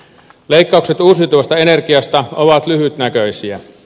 leikkaukset uusiutuvasta energiasta ovat lyhytnäköisiä